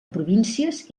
províncies